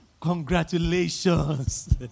Congratulations